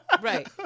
Right